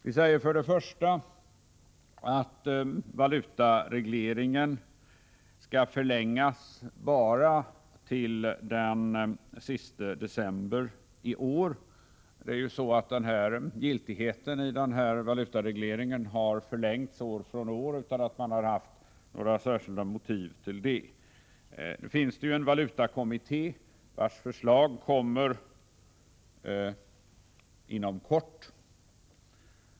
Vi menar först och främst att valutaregleringen skall förlängas bara till den 31 december i år. Valutaregleringen har ju förlängts år från år utan att man har haft några särskilda motiv till det. Det finns en valutakommitté, vars förslag kommer inom kort.